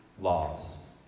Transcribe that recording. laws